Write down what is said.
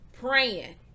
praying